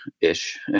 ish